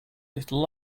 little